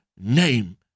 name